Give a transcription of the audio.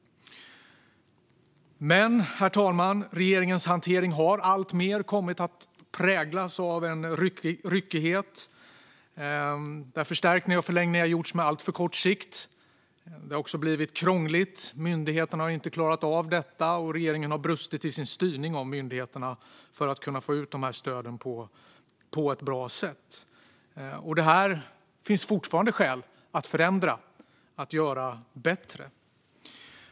Men, herr talman, regeringens hantering har alltmer kommit att präglas av en ryckighet, där förstärkningar och förlängningar har gjorts på alltför kort sikt. Det har också blivit krångligt. Myndigheterna har inte klarat av detta, och regeringen har brustit i sin styrning av myndigheterna när det gäller att kunna få ut stöden på ett bra sätt. Det här finns det fortfarande skäl att förändra och göra bättre.